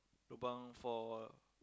lobang for